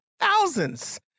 thousands